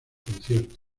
conciertos